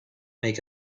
make